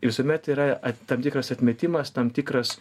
visuomet yra tam tikras atmetimas tam tikras